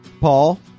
Paul